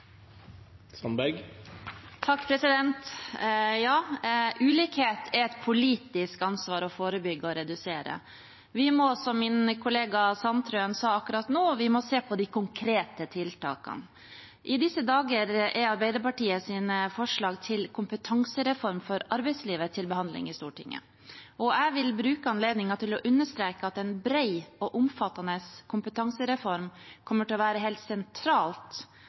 et politisk ansvar å forebygge og redusere. Vi må, som min kollega Sandtrøen sa akkurat nå, se på de konkrete tiltakene. I disse dager er Arbeiderpartiets forslag til en kompetansereform for arbeidslivet til behandling i Stortinget. Jeg vil bruke anledningen til å understreke at en bred og omfattende kompetansereform kommer til å være helt